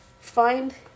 find